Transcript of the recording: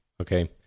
Okay